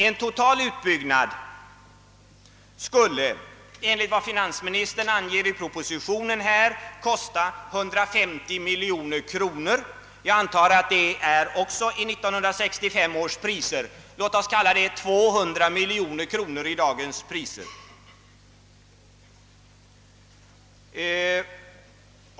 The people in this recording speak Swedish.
En total utbyggnad skulle enligt vad finansministern anger i propositionen kosta 150 miljoner kronor. Jag antar att det också är enligt 1965 års priser; låt oss säga 200 miljoner kronor i dagens priser.